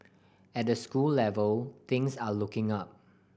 at the school level things are looking up